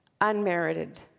unmerited